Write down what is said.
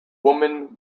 woman